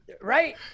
right